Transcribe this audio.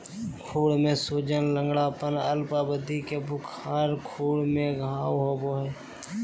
खुर में सूजन, लंगड़ाना, अल्प अवधि के बुखार, खुर में घाव होबे हइ